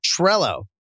Trello